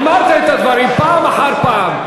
אמרת את הדברים פעם אחר פעם.